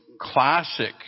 classic